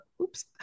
oops